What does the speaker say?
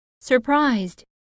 surprised